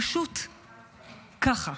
פשוט ככה.